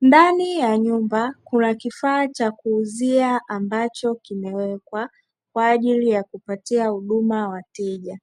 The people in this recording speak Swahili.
Ndani ya nyumba kuna kifaa cha kuuzia ambacho kimewekwa, kwa ajili ya kupatia huduma wateja.